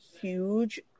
huge